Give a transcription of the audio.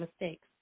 mistakes